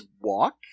walk